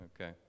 Okay